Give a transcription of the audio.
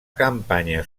campanya